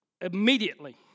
immediately